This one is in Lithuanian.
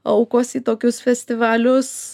aukos į tokius festivalius